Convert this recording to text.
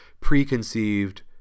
preconceived